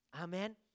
Amen